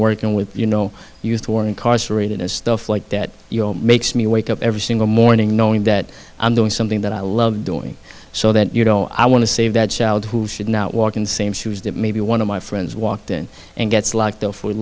working with you know used for incarcerated and stuff like that you know makes me wake up every single morning knowing that i'm doing something that i love doing so that you know i want to save that child who should not walk in the same shoes that maybe one of my friends walked in and gets locked